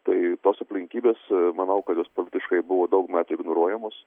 tai tos aplinkybės manau kad jos faktiškai buvo daug metų ignoruojamos